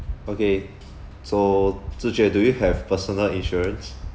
okay so zhi jue do you have personal insurance